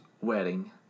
wedding